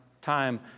time